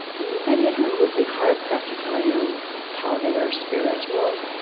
many of whom would be hard-pressed to tell you how they are spiritual,